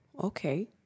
okay